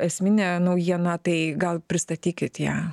esminė naujiena tai gal pristatykit ją